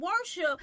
worship